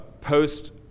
post